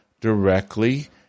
directly